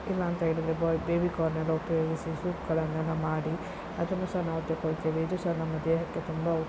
ಇಲ್ಲ ಅಂತ ಹೇಳಿದರೆ ಬೊಯ್ ಬೇಬಿ ಕಾರ್ನೆಲ್ಲ ಉಪಯೋಗಿಸಿ ಸೂಪ್ಗಳನ್ನೆಲ್ಲ ಮಾಡಿ ಅದನ್ನು ಸಹ ನಾವು ತೆಕೊಳ್ತೇವೆ ಇದು ಸಹ ನಮ್ಮ ದೇಹಕ್ಕೆ ತುಂಬ